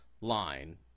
line